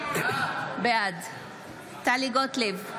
בעד טלי גוטליב,